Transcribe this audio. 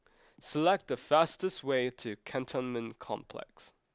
select the fastest way to Cantonment Complex